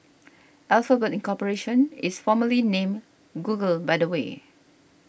Alphabet Incorporation is formerly named Google by the way